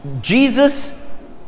Jesus